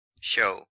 show